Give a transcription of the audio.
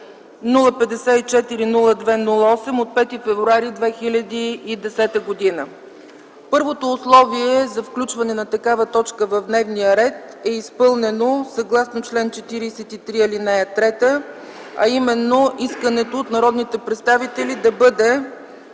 054-02-08 от 5 февруари 2010 г. Първото условие за включване на такава точка в дневния ред е изпълнено съгласно чл. 43, ал. 3, а именно искането от народните представители да бъде